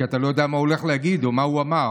כי אתה לא יודע מה הוא הולך להגיד או מה הוא אמר.